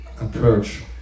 approach